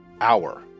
hour